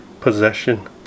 possession